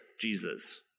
Jesus